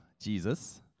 Jesus